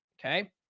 okay